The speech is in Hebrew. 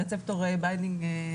ברצפטור ביינדינג,